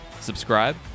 Subscribe